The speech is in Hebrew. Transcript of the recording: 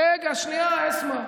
רגע, שנייה, אסמע.